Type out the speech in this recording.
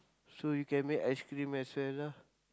so you can make ice-cream as well lah